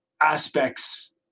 aspects